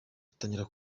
batangira